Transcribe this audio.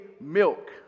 milk